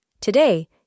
Today